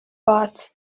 but